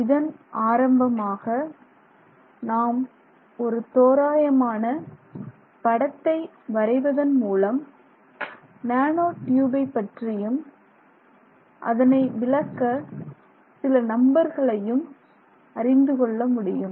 இதன் ஆரம்பமாக நாம் ஒரு தோராயமான படத்தை வரைவதன் மூலம் நானோ டியூபை பற்றியும் அதனை விளக்க சில நம்பர்களையும் அறிந்து கொள்ள முடியும்